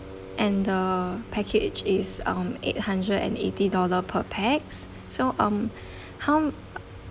and the package is um eight hundred and eighty dollar per pax so um how